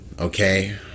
okay